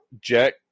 Jack